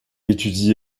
étudie